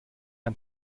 ein